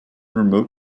remote